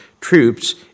troops